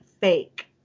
fake